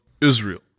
Israel